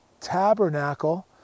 tabernacle